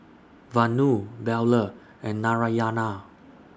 Vanu Bellur and Narayana